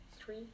three